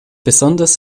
besonders